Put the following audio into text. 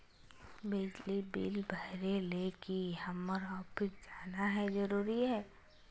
बिजली बिल भरे ले की हम्मर ऑफिस जाना है जरूरी है?